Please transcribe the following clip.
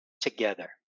together